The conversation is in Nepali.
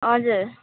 हजुर